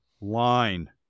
line